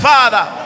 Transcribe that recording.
Father